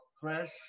fresh